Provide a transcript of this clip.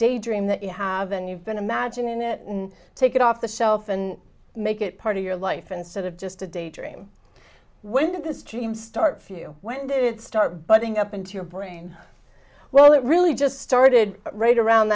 daydream that you have and you've been imagining it and take it off the shelf and make it part of your life instead of just a daydream when did the stream start phew when did it start butting up into your brain well it really just started right around